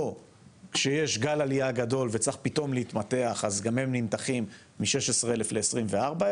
או כשיש גל עלייה גדול וצריך פתאום להתמתח מ- 16,000 ל-24,000,